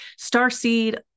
starseed